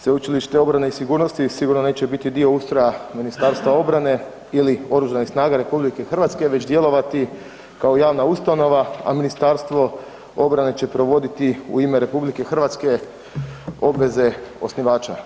Sveučilište obrane i sigurnosti sigurno neće biti dio ustroja Ministarstva obrane ili Oružanih snaga RH već djelovati kao javna ustanova, a Ministarstvo obrane će provoditi u ime RH obveze osnivača.